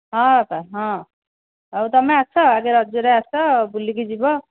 ହଁ ବାପା ହଁ ହଉ ତୁମେ ଆସ ଆଗେ ରଜରେ ଆସ ବୁଲିକି ଯିବ